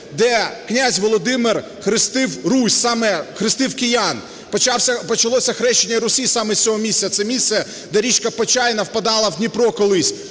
де князь Володимир хрестив Русь, саме хрестив киян, почалося Хрещення Русі саме з цього місця. Це місце, де річка Почайна впадала в Дніпро колись,